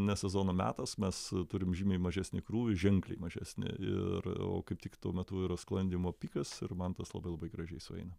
ne sezono metas mes turim žymiai mažesnį krūvį ženkliai mažesni ir o kaip tik tuo metu yra sklandymo pikas ir man tas labai labai gražiai sueina